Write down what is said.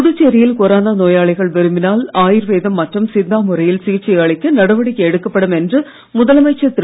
புதுச்சேரியில் கொரோனா நோயாளிகள் விரும்பினால் ஆயுர்வேதம் மற்றும் சித்தா முறையில் சிகிச்சை அளிக்க நடவடிக்கை எடுக்கப்படும் என்று முதலமைச்சர் திரு